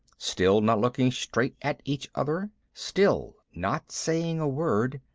still not looking straight at each other, still not saying a word,